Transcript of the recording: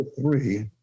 three